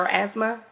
asthma